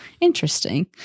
interesting